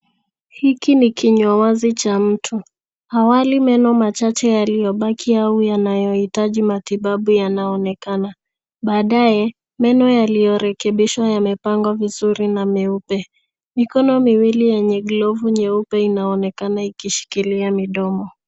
Hiki ni kinywa wazi cha mtu awali meno machache yaliyobaki au yanayo hitaji matibabu yanaonekana. Baadaye meno yaliyo rekebishwa yamepangwa vizuri na ni meupe. Mikono miwili yenye glavu nyeupe inaonekana ikishikilia midomo.